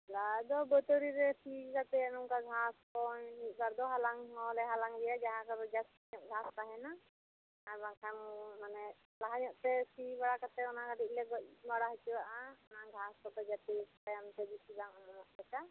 ᱠᱷᱚᱥᱚᱞᱟ ᱫᱚ ᱵᱟᱹᱛᱟᱹᱲᱤ ᱨᱮ ᱥᱤᱠᱟᱛᱮ ᱱᱚᱝᱠᱟ ᱜᱷᱟᱥ ᱠᱚ ᱢᱤᱫ ᱵᱟᱨ ᱫᱚ ᱦᱟᱞᱟᱝ ᱦᱚᱸ ᱞᱮ ᱦᱟᱞᱟᱝ ᱜᱮᱭᱟ ᱡᱟᱦᱟ ᱠᱚᱫᱚ ᱡᱟᱹᱥᱛᱤ ᱧᱚᱜ ᱜᱷᱟᱥ ᱛᱟᱦᱮᱸᱱᱟ ᱟᱨ ᱵᱟᱝᱠᱷᱟᱱ ᱢᱟᱱᱮ ᱞᱟᱦᱟ ᱧᱚᱜᱛᱮ ᱥᱤ ᱵᱟᱲᱟ ᱠᱟᱛᱮ ᱚᱱᱟ ᱠᱟᱹᱴᱤᱡ ᱞᱮ ᱡᱚᱜ ᱵᱟᱲᱟ ᱦᱚᱪᱚᱭᱟᱜᱼᱟ ᱚᱱᱟ ᱜᱷᱟᱥ ᱠᱚᱫᱚ ᱡᱟᱛᱮ ᱛᱟᱭᱚᱢ ᱛᱮ ᱵᱤᱥᱤ ᱵᱟᱝ ᱚᱢᱚᱱᱚᱜ ᱞᱮᱠᱟ